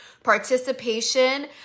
Participation